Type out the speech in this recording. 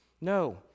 No